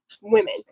women